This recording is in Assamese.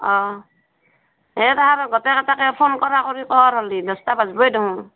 অঁ সেই তাহঁতৰ আৰু গোটেইকেইটাকে ফোন কৰা কৰি কৰ হ'লি দছটা বাজিবই দেখোন